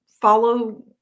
follow